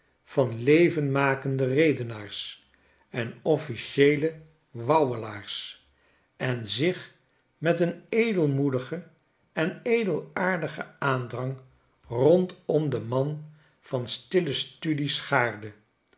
van levenmakende redenaars en officieele wauwelaars en zich met een edelmoedigen en edelaardigen aandrang rondom den man van stille studie schaarde